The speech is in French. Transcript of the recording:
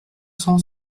cent